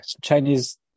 Chinese